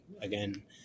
again